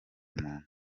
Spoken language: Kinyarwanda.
umuntu